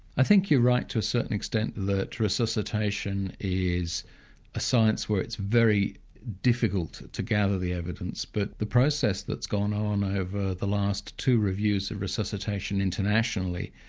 i think you're right to a certain extent that resuscitation is a science where it's very difficult to gather the evidence, but the process that's gone on over the last two reviews of resuscitation internationally,